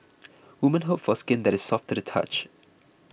women hope for skin that is soft to the touch